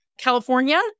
California